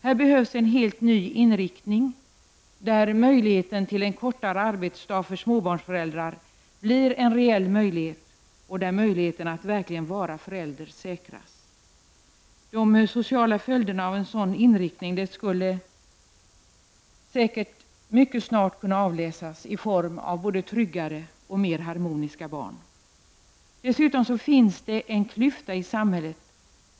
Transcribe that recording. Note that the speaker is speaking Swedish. Här behövs en helt ny inriktning där möjligheterna till en kortare arbetsdag för småbarnsföräldrar blir reella och där möjligheterna att verkligen vara förälder säkras. De sociala följderna av en sådan inriktning skulle säkert mycket snart kunna avläsas i form av både tryggare och mera harmoniska barn. Dessutom finns det en klyfta i samhället.